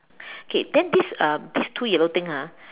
okay then these um these two yellow things ah